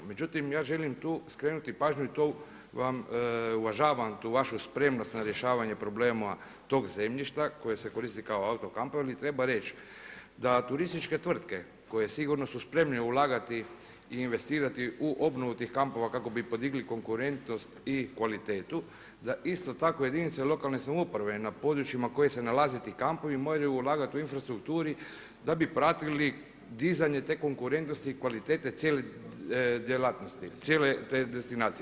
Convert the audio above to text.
Međutim ja želim tu skrenuti pažnju i to vam uvažavam tu vašu spremnost na rješavanje problema tog zemljišta koje se koristi kao auto kampovi, ali treba reći da turističke tvrtke koje sigurno su spremne ulagati i investirati u obnovu tih kampova kako bi podigli konkurentnost i kvalitetu, da isto tako jedinice lokalne samouprave na područjima na kojima se nalaze ti kampovi, moraju ulagati u infrastrukturu da bi pratili dizanje te konkurentnosti i kvalitete cijele djelatnosti, cijele te destinacije.